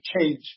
change